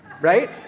Right